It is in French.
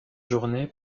journée